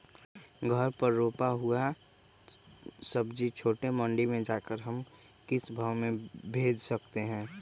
घर पर रूपा हुआ सब्जी छोटे मंडी में जाकर हम किस भाव में भेज सकते हैं?